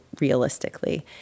realistically